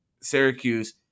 Syracuse